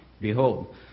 Behold